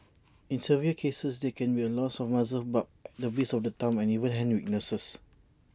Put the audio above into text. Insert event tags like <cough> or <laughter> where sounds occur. in severe cases there can be loss of muscle bulk <noise> the base of the thumb and even hand weakness